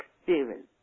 experience